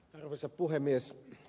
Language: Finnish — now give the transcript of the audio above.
arvoisa puhemies